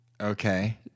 Okay